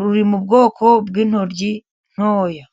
Ruri mu bwoko bw'intoryi ntoya.